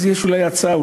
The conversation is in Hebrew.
יש הצעה,